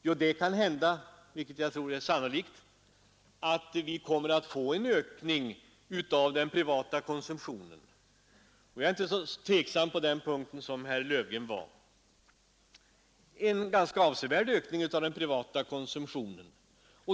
Jo, jag tror det är sannolikt att vi kommer att få en ganska avsevärd ökning av den privata konsumtionen; jag är inte så tveksam på den punkten som herr Löfgren var.